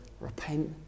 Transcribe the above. repent